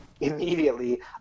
immediately